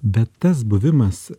bet tas buvimas